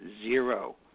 zero